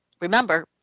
remember